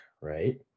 right